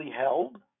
held